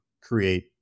create